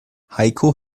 heiko